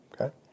okay